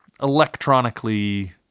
electronically